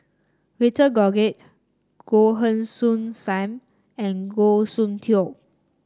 Victor Doggett Goh Heng Soon Sam and Goh Soon Tioe